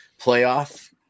playoff